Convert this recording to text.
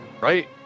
right